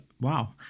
Wow